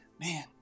Man